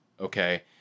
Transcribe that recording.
okay